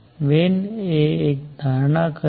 હવે વેન એ એક ધારણા કરી